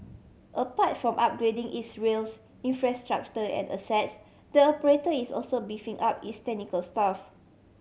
apart from upgrading its rails infrastructure and assets the operator is also beefing up its technical staff